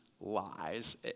lies